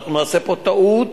אנחנו נעשה פה טעות